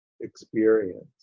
experience